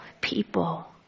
people